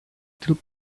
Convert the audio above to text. still